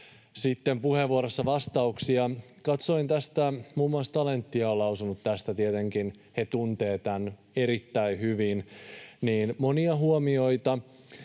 puheenvuorossa sitten vastauksia. Katsoin, että muun muassa Talentia on lausunut tästä — tietenkin he tuntevat tämän erittäin hyvin — monia huomioita.